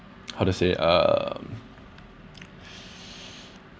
how to say uh